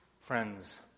Friends